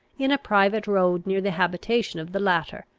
in a private road near the habitation of the latter.